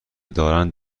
دارند